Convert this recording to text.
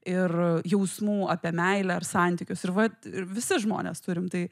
ir jausmų apie meilę ar santykius ir vat ir visi žmonės turim tai